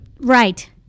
Right